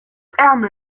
ärmel